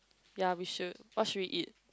ya we should what should we eat